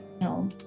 No